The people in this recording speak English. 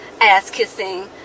ass-kissing